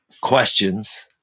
questions